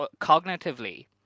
cognitively